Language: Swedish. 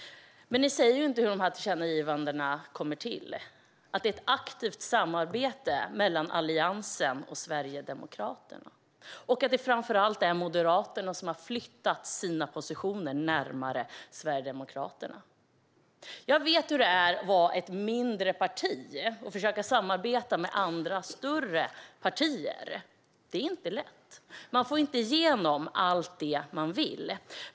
Men ni säger inte hur dessa tillkännagivanden kommer till - att det är ett aktivt samarbete mellan Alliansen och Sverigedemokraterna och att det framför allt är Moderaterna som har flyttat sina positioner närmare Sverigedemokraterna. Jag vet hur det är att vara i ett mindre parti och att försöka samarbeta med andra, större partier. Det är inte lätt. Man får inte igenom allt man vill.